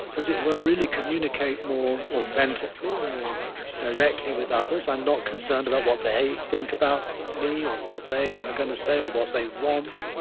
as it were, really communicate more authentically and more directly with others i'm not concerned about what they think about me or what they are gonna say or what they want,